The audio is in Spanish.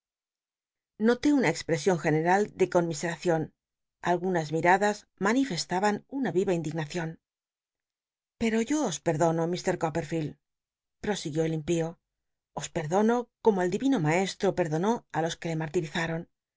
olé una expresion general de conmiseracion algunas miradas manifestaban una yi'a indignacion p ero yo os pctdono ir coppcrfield lli'osignió el impío os perdono como el divino maestro perdonó á los que